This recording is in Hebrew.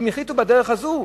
אם החליטו בדרך הזאת,